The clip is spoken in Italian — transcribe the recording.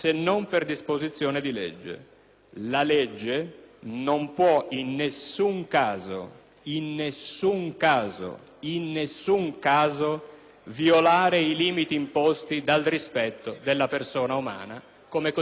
- sottolineo, in nessun caso - «violare i limiti imposti dal rispetto della persona umana», come codificati nell'articolo 2.